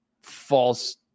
false